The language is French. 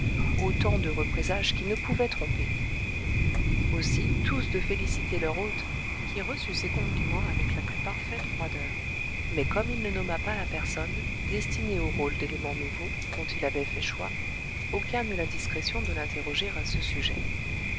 autant d'heureux présages qui ne pouvaient tromper aussi tous de féliciter leur hôte qui reçut ces compliments avec la plus parfaite froideur mais comme il ne nomma pas la personne destinée au rôle d élément nouveau dont il avait fait choix aucun n'eut l'indiscrétion de l'interroger à ce sujet